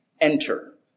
Enter